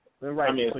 right